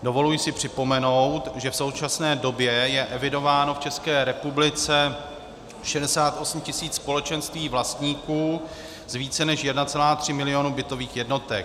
Dovoluji si připomenout, že v současné době je evidováno v České republice 68 tisíc společenství vlastníků s více než 1,3 milionu bytových jednotek.